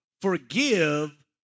forgive